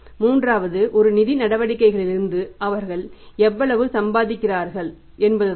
மூன்றாவது ஒரு நிதி நடவடிக்கைகளிலிருந்து அவர்கள் எவ்வளவு சம்பாதிக்கிறார்கள் என்பதுதான்